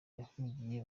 yahungiye